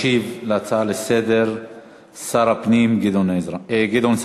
ישיב על ההצעה לסדר-היום שר הפנים גדעון סער.